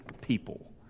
people